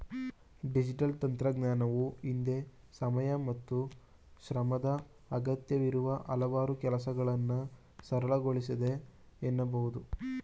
digital ತಂತ್ರಜ್ಞಾನವು ಹಿಂದೆ ಸಮಯ ಮತ್ತು ಶ್ರಮದ ಅಗತ್ಯವಿರುವ ಹಲವಾರು ಕೆಲಸಗಳನ್ನ ಸರಳಗೊಳಿಸಿದೆ ಎನ್ನಬಹುದು